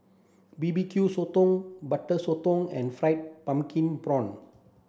B B Q sotong butter sotong and fried pumpkin prawn